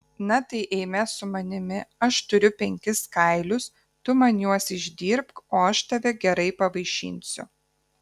na tai eime su manimi aš turiu penkis kailius tu man juos išdirbk o aš tave gerai pavaišinsiu